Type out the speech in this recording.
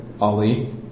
Ali